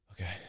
Okay